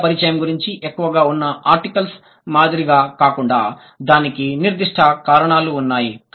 భాషా పరిచయం గురించి ఎక్కువగా ఉన్న ఆర్టికల్స్ మాదిరిగా కాకుండా దీనికి నిర్దిష్ట కారణాలు ఉన్నాయి